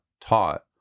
taught